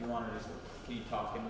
you want to keep talking